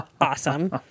Awesome